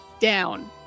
down